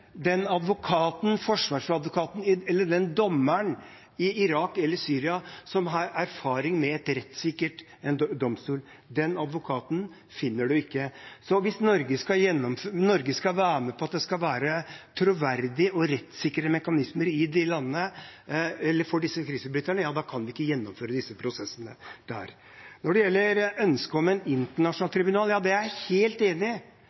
den forsvarsadvokaten eller den dommeren i Irak eller Syria som har erfaring med en rettssikker domstol! Den advokaten finner man ikke. Hvis Norge skal være med på at det skal være troverdige og rettssikre mekanismer for disse krigsforbryterne, kan man ikke gjennomføre disse prosessene der. Når det gjelder ønsket om et internasjonalt tribunal, er jeg helt enig i